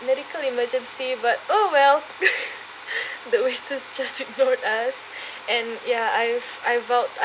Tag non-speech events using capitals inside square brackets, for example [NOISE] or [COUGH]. medical emergency but oh well [LAUGHS] the waiters just ignored us and ya I've I vowed